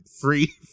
free